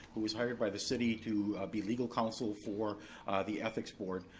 who was hired by the city to be legal council for the ethics board.